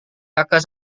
kakak